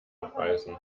abreißen